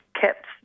kept